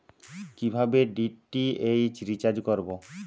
কিভাবে DTH recharge করব?